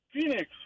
Phoenix